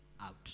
out